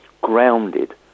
grounded